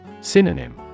Synonym